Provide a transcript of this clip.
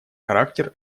характер